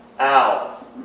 Ow